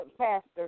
pastor